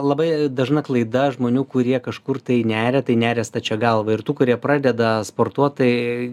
labai dažna klaida žmonių kurie kažkur tai neria tai neria stačia galva ir tų kurie pradeda sportuot tai